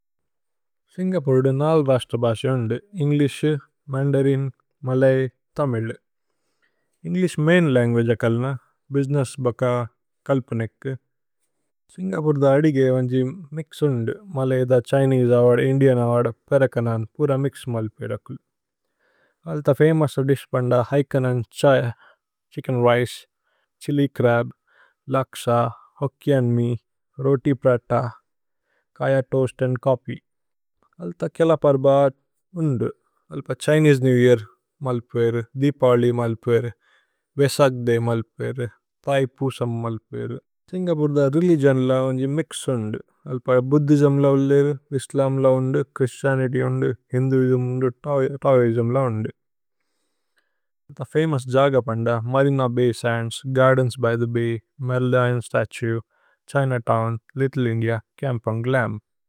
Singapore ദു നാല് രശ്ത്ര ബസേ ഓന്ദു English. Mandarin, Malay, Tamil. English main language. അ കല്ന, ബുസിനേസ്സ് ബക്ക കല്പുനേക്കു സിന്ഗപോരേ। ദു അദിഗേ വന്ഛി മിക്സ് ഓന്ദു മലയ് ദ ഛ്ഹിനേസേ। അവദ് ഇന്ദിഅന് അവദ് പേരകനന് പുര മിക്സ് മലിപിരകുല്। അല്ത ഫമോഉസ ദിശ് പന്ദ ഹൈകനന് ഛൈ, chicken. Rice chilli crab laksa Hokkien mee roti prata. Kaya toast and coffee അല്ത കേല പര്ബത് ഓന്ദു। അല്പ ഛ്ഹിനേസേ നേവ് യേഅര് മലിപിരകുല് ദീപവലി। അലിപിരകുല് വേസക് ദയ് മലിപിരകുല് ഥൈ പൂസമ്। മലിപിരകുല് സിന്ഗപോരേ ദു രേലിഗിഓന് ല വന്ഛി। മിക്സ് ഓന്ദു അല്പ ബുദ്ധിസ്മ് ല ഓന്ദു ഇസ്ലമ് ല ഓന്ദു। ഛ്ഹ്രിസ്തിഅനിത്യ് ഓന്ദു ഹിന്ദുഇസ്മ് ഓന്ദു തഓഇസ്മ് ല। ഓന്ദു അല്ത ഫമോഉസ ജഗ പന്ദ Marina Bay. Sands Gardens by the Bay Merlion statue. Chinatown Little India Kampong Glam.